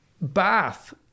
bath